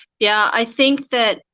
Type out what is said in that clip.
yeah, i think that,